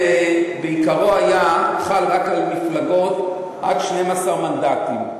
בעיקרו חל רק על מפלגות שיש להן עד 12 מנדטים.